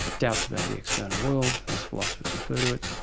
doubts about the external world, as philosophers refer to it,